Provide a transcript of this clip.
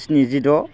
स्नि जिद'